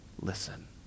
listen